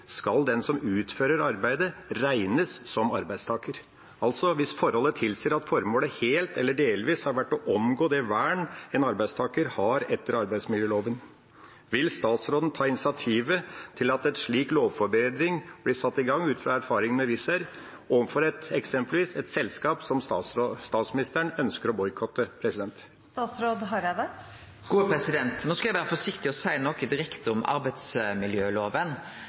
skal den som utfører arbeidet, regnes som arbeidstaker – altså hvis forholdet tilsier at formålet helt eller delvis har vært å omgå det vernet en arbeidstaker har etter arbeidsmiljøloven. Vil statsråden ta initiativ til at en slik lovforbedring blir satt i gang ut fra erfaringene med Wizz Air, overfor eksempelvis et selskap som statsministeren ønsker å boikotte?